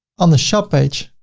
on the shop page,